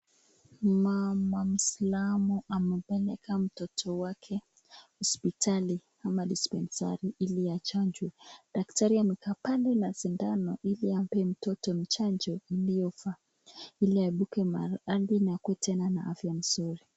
Mama muisilamu amepeleka mtoto wake hospitali ama dispensari ili achanjwe, daktari amekaa pale na sindano ili ampee mtoto chanjo iliyofaa ili aibuke hali na afya mzuri.